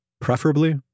preferably